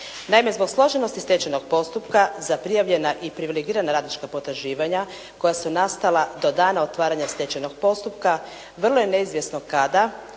Naime zbog složenosti stečajnog postupka za prijavljena i privilegirana radnička potraživanja koja su nastala do dana otvaranja stečajnog postupka vrlo je neizvjesno kada